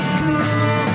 cool